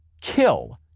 kill